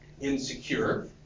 insecure